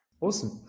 Awesome